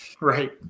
Right